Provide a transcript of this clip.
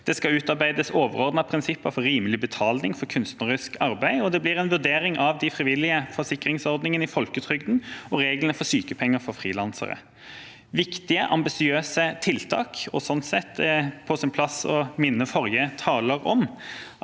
Det skal utarbeides overordnede prinsipper for rimelig betaling for kunstnerisk arbeid, og det blir en vurdering av de frivillige forsikringsordningene i folketrygden og reglene for sykepenger for frilansere. Det er viktige, ambisiøse tiltak, og sånn sett er det på sin plass å minne forrige taler om